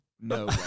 No